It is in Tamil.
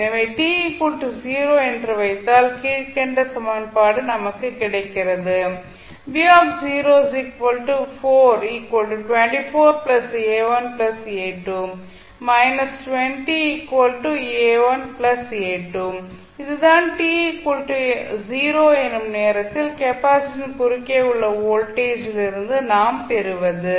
எனவே t 0 என்று வைத்தால் கீழ்க்கண்ட சமன்பாடு நமக்கு கிடைக்கிறது இது தான் t 0 எனும் நேரத்தில் கெப்பாசிட்டரின் குறுக்கே உள்ள வோல்டேஜில் இருந்து நாம் பெறுவது